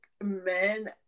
men